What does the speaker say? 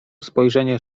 spojrzenie